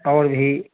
और भी